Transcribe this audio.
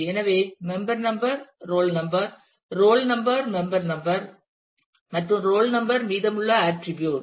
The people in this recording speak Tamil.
எனவே member number → roll number roll number → member number மற்றும் ரோல் நம்பர் → மீதமுள்ள ஆட்டிரிபியூட்